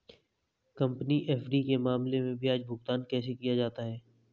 Company FD के मामले में ब्याज भुगतान कैसे किया जाता है?